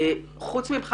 חוץ ממך,